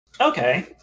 Okay